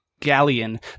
Galleon